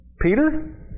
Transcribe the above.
Peter